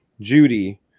Judy